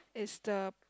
is the